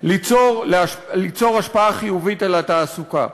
ליצור השפעה חיובית על התעסוקה.